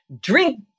drink